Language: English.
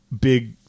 big